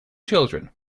children